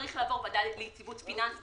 זה צריך לעבור ועדה ליציבות פיננסית